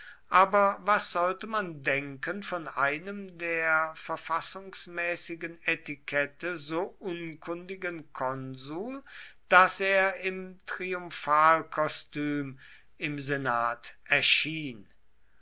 aber was sollte man denken von einem der verfassungsmäßigen etikette so unkundigen konsul daß er im triumphalkostüm im senat erschien